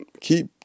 keep